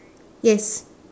yes